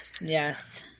yes